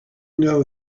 know